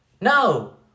No